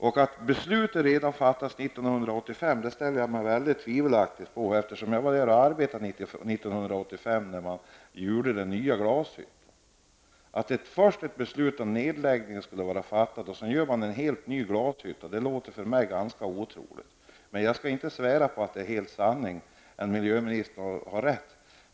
Jag ställer mig väldigt tvivlande till att beslutet skall ha fattats redan 1985, eftersom jag började arbeta 1985 vid den nya glashyttan. Att man först skulle ha fattat beslut om nedläggning för att sedan starta en helt ny glashytta, det låter för mig ganska otroligt. Men jag kan inte svära på att detta är hela sanningen, miljöministern kan ha rätt.